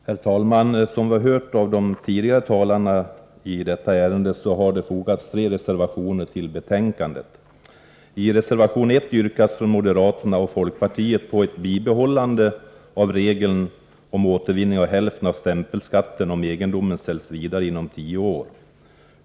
Herr talman! Som vi har hört av de tidigare talarna i detta ärende har det fogats tre reservationer till betänkandet. I reservation 1 yrkas från moderaterna och folkpartiet på ett bibehållande av regeln om återvinning av hälften av stämpelskatten om egendomen säljs vidare inom tio år.